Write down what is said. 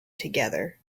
together